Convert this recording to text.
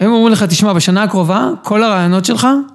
הם אמרו לך, תשמע, בשנה הקרובה, כל הרעיונות שלך...